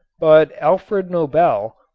but alfred nobel,